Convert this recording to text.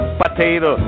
potato